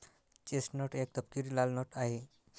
chestnut एक तपकिरी लाल नट आहे